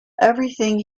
everything